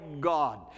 God